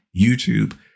YouTube